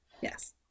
Yes